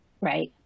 right